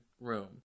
room